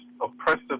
oppressive